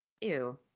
Ew